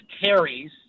carries